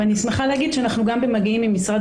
אני שמחה להגיד שאנחנו גם במגעים עם משרד